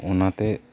ᱚᱱᱟᱛᱮ